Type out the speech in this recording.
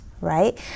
right